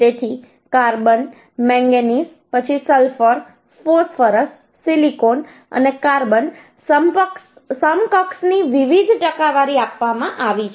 તેથી carbon manganese પછી sulphur phosphorus silicon અને કાર્બન સમકક્ષની વિવિધ ટકાવારી આપવામાં આવી છે